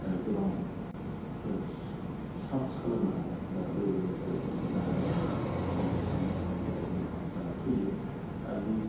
गोबां साहस खालामनो हानाय बा लोगोफोर मोननो हानाय मोजां साननो हानाय बिदि माबाफ्रा फैयो आरो जों